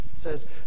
says